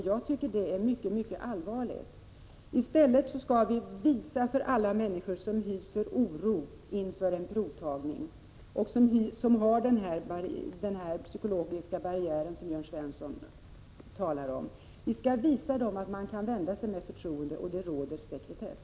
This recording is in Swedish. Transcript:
Det tycker jag är mycket allvarligt. I stället skall vi visa för alla människor som hyser denna oro inför en provtagning och som har den psykologiska barriär som Jörn Svensson talar om, att man kan vända sig med förtroende till sjukvården och att det råder sekretess.